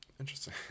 interesting